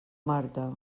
marta